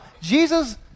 Jesus